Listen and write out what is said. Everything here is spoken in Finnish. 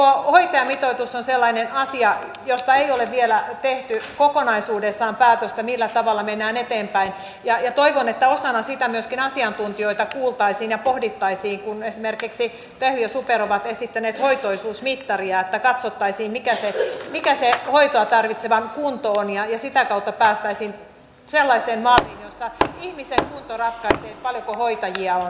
myöskin hoitajamitoitus on sellainen asia josta ei ole vielä tehty kokonaisuudessaan päätöstä millä tavalla mennään eteenpäin ja toivon että osana sitä myöskin asiantuntijoita kuultaisiin ja pohdittaisiin kun esimerkiksi tehy ja super ovat esittäneet hoitoisuusmittaria että katsottaisiin mikä se hoitoa tarvitsevan kunto on ja sitä kautta päästäisiin sellaiseen maaliin jossa ihmisen kunto ratkaisee paljonko hoitajia on